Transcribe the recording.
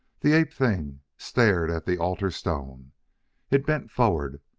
the ape-thing stared at the altar-stone. it bent forward,